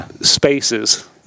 spaces